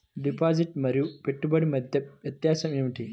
Deposit మరియు పెట్టుబడి మధ్య వ్యత్యాసం ఏమిటీ?